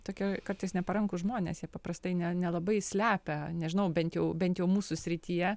tokie kartais neparankūs žmonės jie paprastai ne nelabai slepia nežinau bet jau bent jau mūsų srityje